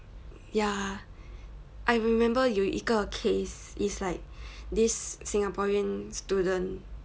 ya I remember 有一个 case it's like this singaporean student